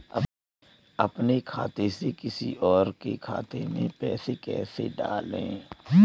अपने खाते से किसी और के खाते में पैसे कैसे डालें?